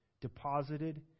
deposited